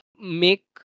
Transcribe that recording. make